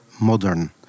modern